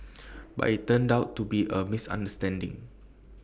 but IT turned out to be A misunderstanding